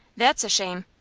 that's a shame!